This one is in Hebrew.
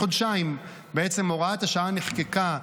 בעצם הוראת השעה נחקקה,